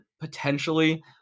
potentially